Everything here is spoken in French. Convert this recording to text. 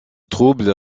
troubles